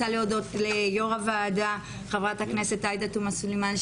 חברות וחברים,